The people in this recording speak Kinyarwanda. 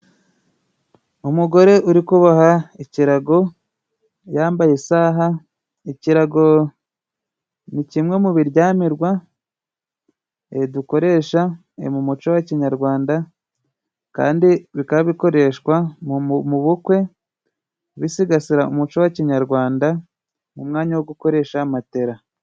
Umugore uri kuboha ikirago yambaye isaha. Ikirago ni kimwe mu biryamirwa dukoresha mu muco wa kinyarwanda, kandi bikaba bikoreshwa mu bukwe, bisigasira umuco wa kinyarwanda mu mwanya wo gukoresha matela.